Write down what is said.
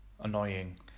Annoying